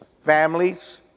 families